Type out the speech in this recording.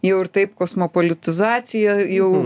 jau ir taip kosmopolitizacija jau